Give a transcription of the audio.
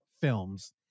films